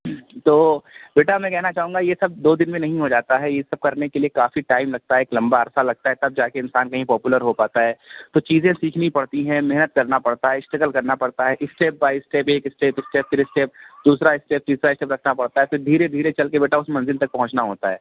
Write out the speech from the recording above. تو بیٹا میں کہنا چاہوں گا یہ سب دو دِن میں نہیں ہو جاتا ہے یہ سب کر نے کے لیے کافی ٹائم لگتا ہے ایک لمبا عرصہ لگتا ہے تب جا کے انسان کہیں پوپلر ہو پاتا ہے تو چیزیں سھیکنی پڑتی ہیں محنت کرنا پڑتا ہے اسٹرگل کرنا پڑتا ہے اسٹپ بائے اسٹپ ایک اسٹپ اسٹپ پھر دوسرا اسٹپ تیسرا اسٹپ رکھنا پڑتا ہے پھر دھیرے دھیرے چل کے بیٹا اُس منزل کو پہنچنا ہوتا ہے